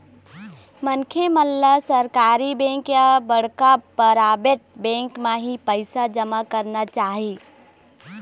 मनखे मन ल सरकारी बेंक या बड़का पराबेट बेंक म ही पइसा जमा करना चाही